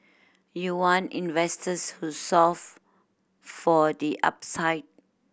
you want investors who solve for the upside